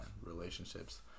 relationships